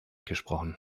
gesprochen